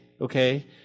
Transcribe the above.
okay